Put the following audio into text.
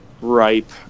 ripe